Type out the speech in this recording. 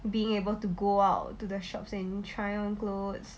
being able to go out to the shops and try on clothes